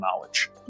knowledge